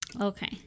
Okay